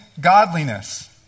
godliness